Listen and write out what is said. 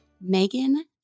Megan